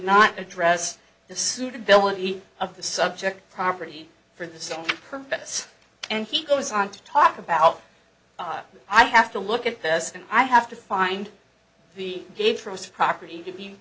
not address the suitability of the subject property for the purpose and he goes on to talk about i have to look at this and i have to find the gate for us property to be